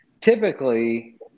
Typically